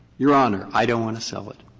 your honor, i don't want to sell it.